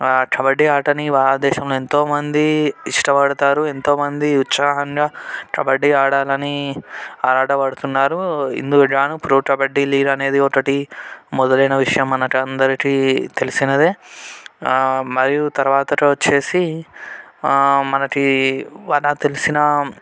కబడ్డీ ఆటని భారత దేశంలో ఎంతోమంది ఇష్టపడతారు ఎంతోమంది ఉత్సాహంగా కబడ్డీ ఆడాలని ఆరాటపడుతున్నారు ఇందుకుగాను ప్రో కబడ్డీ లీగ్ అనేది ఒకటి మొదలైనది మన అందరికీ తెలిసినదే మరియు తర్వాత వచ్చేసి మనకి బాగా తెలిసిన